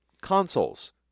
consoles